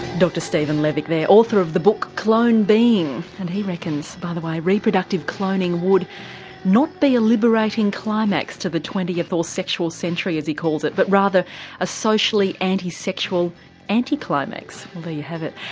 dr stephen levick there, author of the book clone being and he reckons by the way reproductive cloning would not be a liberating climax to the twentieth or sexual century as he calls it but rather a socially anti-sexual anticlimax. well there you have it.